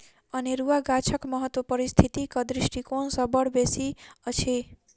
अनेरुआ गाछक महत्व पारिस्थितिक दृष्टिकोण सँ बड़ बेसी अछि